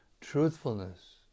truthfulness